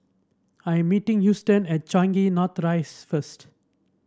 I meeting Houston at Changi North Rise first